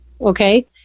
okay